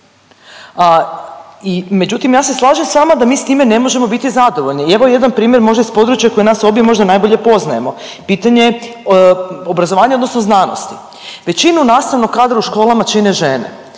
međutim ja se slažem s vama da mi s time ne možemo biti zadovoljni. Evo jedan primjer možda iz područja koje nas obje možda najbolje poznajemo. Pitanje obrazovanja odnosno znanosti. Većinu nastavnog kadra u školama čine žene,